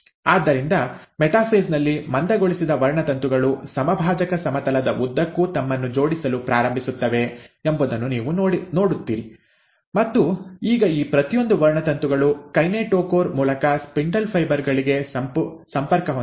ಆದ್ದರಿಂದ ಮೆಟಾಫೇಸ್ ನಲ್ಲಿ ಮಂದಗೊಳಿಸಿದ ವರ್ಣತಂತುಗಳು ಸಮಭಾಜಕ ಸಮತಲದ ಉದ್ದಕ್ಕೂ ತಮ್ಮನ್ನು ಜೋಡಿಸಲು ಪ್ರಾರಂಭಿಸುತ್ತವೆ ಎಂಬುದನ್ನು ನೀವು ನೋಡುತ್ತೀರಿ ಮತ್ತು ಈಗ ಈ ಪ್ರತಿಯೊಂದು ವರ್ಣತಂತುಗಳು ಕೈನೆಟೋಕೋರ್ ಮೂಲಕ ಸ್ಪಿಂಡಲ್ ಫೈಬರ್ ಗಳಿಗೆ ಸಂಪರ್ಕ ಹೊಂದಿವೆ